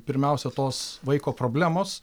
pirmiausia tos vaiko problemos